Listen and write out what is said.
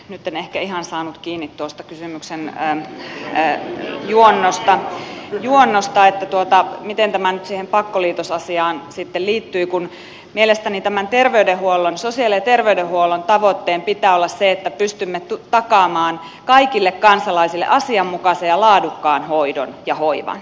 nyt en ehkä ihan saanut kiinni tuosta kysymyksen juonnosta miten tämä nyt siihen pakkoliitosasiaan sitten liittyi kun mielestäni tämän sosiaali ja terveydenhuollon tavoitteen pitää olla se että pystymme takaamaan kaikille kansalaisille asianmukaisen ja laadukkaan hoidon ja hoivan